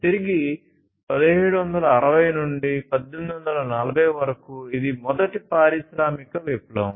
తిరిగి 1760 నుండి 1840 వరకు ఇది మొదటి పారిశ్రామిక విప్లవం